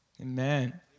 amen